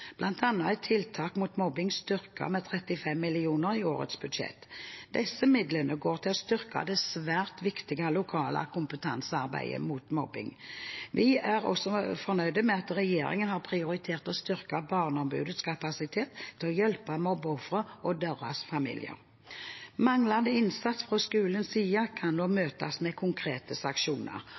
er tiltak mot mobbing styrket med 35 mill. kr i årets budsjett. Disse midlene går til å styrke det svært viktige lokale kompetansearbeidet mot mobbing. Vi er også fornøyd med at regjeringen har prioritert å styrke Barneombudets kapasitet til å hjelpe mobbeofre og deres familier. Manglende innsats fra skolens side kan nå møtes med konkrete sanksjoner.